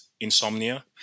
insomnia